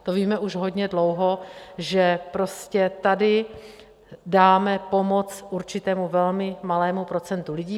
To víme už hodně dlouho, že prostě tady dáme pomoc určitému velmi malému procentu lidí.